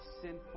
sinful